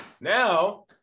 now